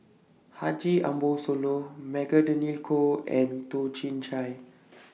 Haji Ambo Sooloh Magdalene Khoo and Toh Chin Chye